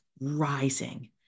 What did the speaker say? rising